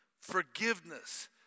forgiveness